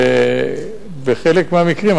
בחלק מהמקרים.